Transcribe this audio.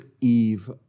eve